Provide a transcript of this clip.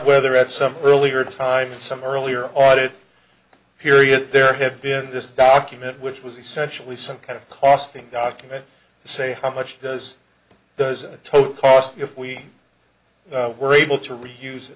some earlier time some earlier audit period there had been this document which was essentially some kind of costing document say how much does the total cost if we were able to reuse